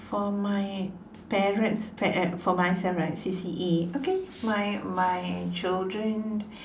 for my parents eh uh for myself right C_C_A okay my my children